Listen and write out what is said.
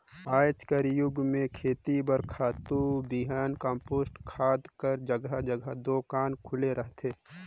आएज कर जुग में खेती बर खातू, बीहन, कम्पोस्ट खातू कर जगहा जगहा दोकान खुले रहथे